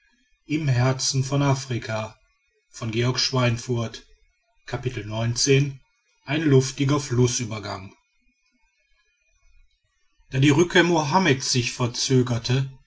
ein luftiger flußübergang da die rückkehr mohammeds sich verzögerte